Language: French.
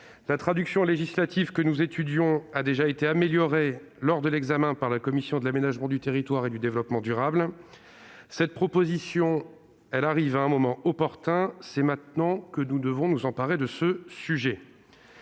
La traduction législative que nous étudions a déjà été améliorée lors de l'examen par la commission de l'aménagement du territoire et du développement durable. Cette proposition arrive à un moment opportun, c'est maintenant que nous devons nous emparer de ce sujet.